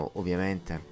ovviamente